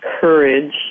courage